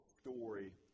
story